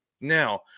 Now